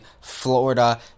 Florida